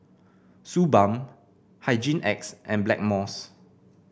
Suu Balm Hygin X and Blackmores